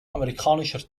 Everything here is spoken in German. amerikanischer